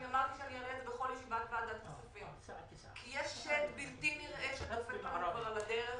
כי יש שד בלתי נראה שדופק לנו על הדלת,